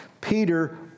Peter